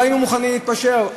לא היינו מוכנים להתפשר.